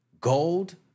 gold